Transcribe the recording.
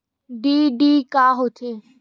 DD का होथे?